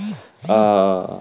آ آ